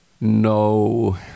No